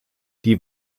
die